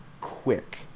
quick